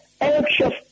anxious